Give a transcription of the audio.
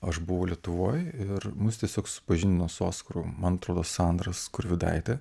aš buvau lietuvoj ir mus tiesiog supažindino su oskaru man atrodo sandra skurvidaitė